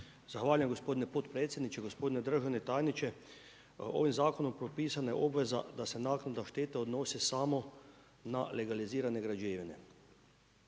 Zahvaljujem gospodine potpredsjedniče, gospodine držani tajniče. Ovim zakonom propisana je obveza da se naknada štete odnosi samo na legalizirane građevine.